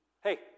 Hey